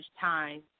time